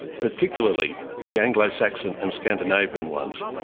particularly the anglo saxon and scandinavian ones,